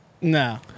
No